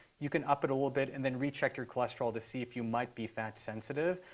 you can up it a little bit and then recheck your cholesterol to see if you might be fat-sensitive.